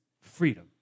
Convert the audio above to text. freedom